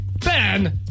Ben